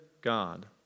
God